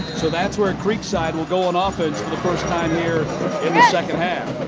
so that's where creekside will go on ah offense for the first time here in the second half.